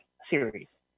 series